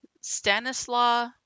Stanislaw